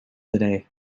today